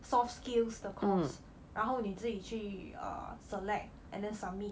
soft skills 的 course 然后你自己去 err select and then submit